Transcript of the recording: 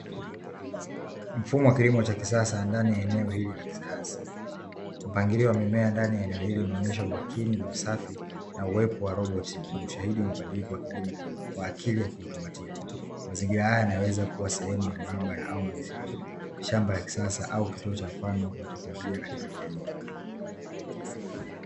Mfumo wa kilimo cha kisasa ndani ya eneo hili la kisayansi mpangilio wa mimea ndani ya eneo hili unaonyesha umakini na usafi na uwepo wa robot ni ushahidi wa mabadiliko wa kilimo kwa akili ya kiutumatiki mazingira haya yanaweza kuwa sehemu ya maabara hao majadiliano shamba la kisasa au, cha mfano wa teknolojia katika kilimo